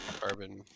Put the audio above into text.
Carbon